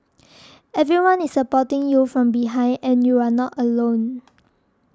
everyone is supporting you from behind and you are not alone